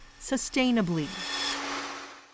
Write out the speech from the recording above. sustainably